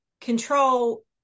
control